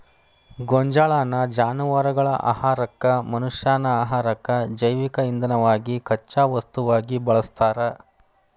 ಗೋಂಜಾಳನ್ನ ಜಾನವಾರಗಳ ಆಹಾರಕ್ಕ, ಮನಷ್ಯಾನ ಆಹಾರಕ್ಕ, ಜೈವಿಕ ಇಂಧನವಾಗಿ ಕಚ್ಚಾ ವಸ್ತುವಾಗಿ ಬಳಸ್ತಾರ